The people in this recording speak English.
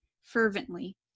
fervently